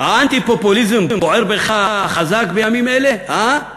האנטי-פופוליזם בוער בך חזק בימים אלה, הא?